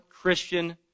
Christian